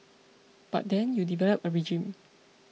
but then you develop a regime